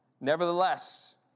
Nevertheless